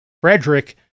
Frederick